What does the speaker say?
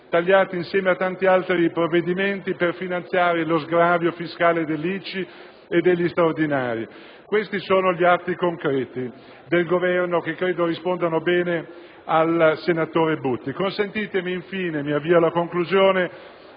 tagliati insieme a tanti altri provvedimenti per finanziare lo sgravio fiscale dell'ICI e degli straordinari. Questi sono gli atti concreti del Governo, che rispondono bene al senatore Butti. Consentitemi, infine, di illustrare